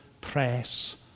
press